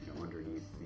underneath